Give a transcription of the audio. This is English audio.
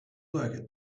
like